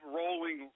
rolling